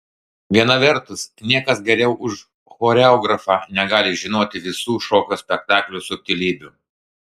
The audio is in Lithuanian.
viena vertus niekas geriau už choreografą negali žinoti visų šokio spektaklio subtilybių